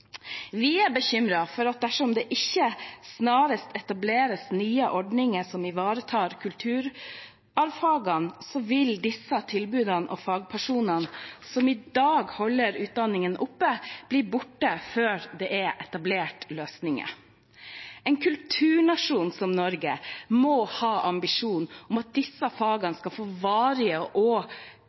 Vi er bekymret for at dersom det ikke snarest etableres nye ordninger som ivaretar kulturarvfagene, vil disse tilbudene og fagpersonene som i dag holder utdanningene oppe, bli borte før det er etablert løsninger. En kulturnasjon som Norge må ha en ambisjon om at disse fagene skal få varige og